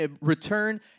return